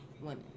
women